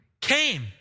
came